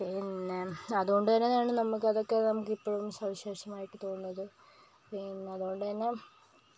പിന്നെ അതുകൊണ്ട് തന്നെയാണ് നമുക്ക് അതൊക്കെ ഇപ്പോഴും സവിശേഷമായിട്ട് തോന്നുന്നത് പിന്നെ അതേപോലെതന്നെ